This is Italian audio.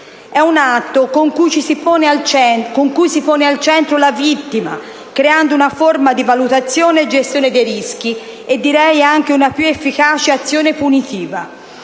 È un atto con cui si pone al centro la vittima creando una forma di valutazione e gestione dei rischi e anche una più efficace azione punitiva.